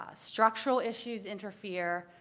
ah structural issues interfere.